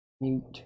Mute